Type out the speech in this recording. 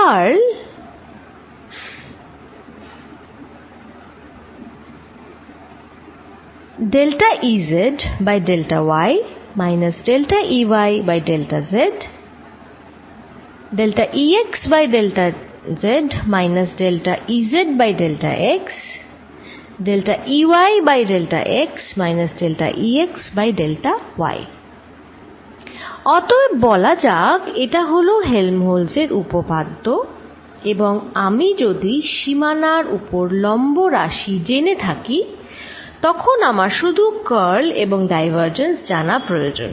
curl অতএব বলা যাক এটা হলো হেল্মহোল্টয এর উপপাদ্য Helmholtzs theoremএবং আমি যদি সীমানার উপর লম্ব রাশি জেনে থাকি তখন আমার শুধু কার্লএবং ডাইভারজেন্স জানা প্রয়োজন